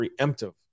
preemptive